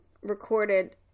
recorded